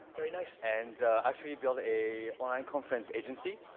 very nice. and actually built a online conference agency.